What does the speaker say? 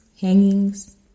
hangings